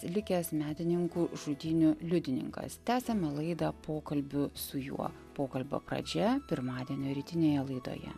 likęs medininkų žudynių liudininkas tęsiame laidą pokalbiu su juo pokalbio pradžia pirmadienio rytinėje laidoje